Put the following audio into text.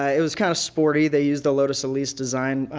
ah it was kind of sporty. they used a lotus elise design,